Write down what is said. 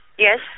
Yes